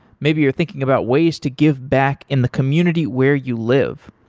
maybe you're thinking about ways to give back in the community where you live.